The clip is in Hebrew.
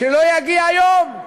שלא יגיע יום,